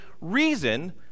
reason